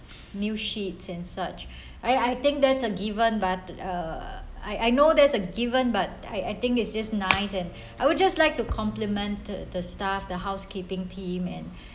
new sheet and such I I think that's a given but uh I I know there's a given but I I think it's just nice and I would just like to compliment the the staff the housekeeping team and